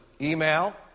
email